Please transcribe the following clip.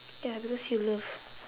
ya because you love